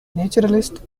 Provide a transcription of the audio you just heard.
naturalist